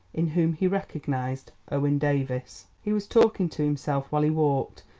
in whom he recognised owen davies. he was talking to himself while he walked,